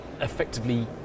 effectively